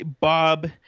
Bob